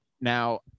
Now